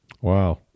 Wow